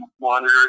monitors